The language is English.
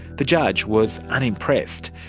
the judge was unimpressed.